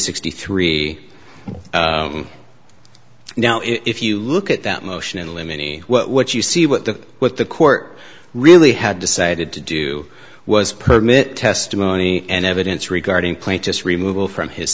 sixty three now if you look at that motion in limine ie what you see what the what the court really had decided to do was permit testimony and evidence regarding plant just removed from his